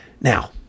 now